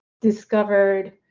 discovered